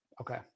Okay